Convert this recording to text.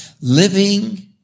Living